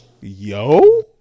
yo